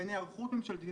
אין היערכות ממשלתית,